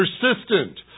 persistent